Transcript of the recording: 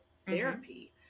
therapy